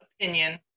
opinion